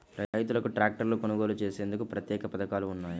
రైతులకు ట్రాక్టర్లు కొనుగోలు చేసేందుకు ప్రత్యేక పథకాలు ఉన్నాయా?